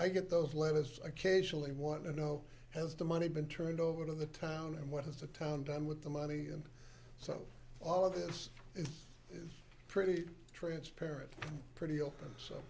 i get those letters occasionally want to know has the money been turned over to the town and what has the town done with the money and so all of this is pretty transparent pretty open so